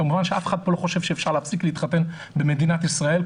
כמובן שאף אחד פה לא חושב שאפשר להפסיק להתחתן במדינת ישראל,